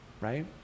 Right